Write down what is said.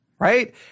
Right